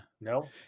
No